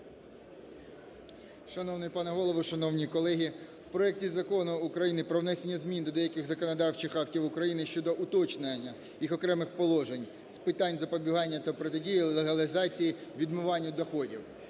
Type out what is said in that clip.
Шановний пне Голово, шановні колеги! В проекті Закону України про внесення змін до деяких законодавчих актів України щодо уточнення їх окремих положень з питань запобігання та протидії легалізації (відмиванню) доходів.